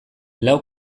lau